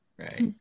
right